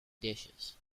dishes